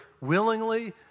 willingly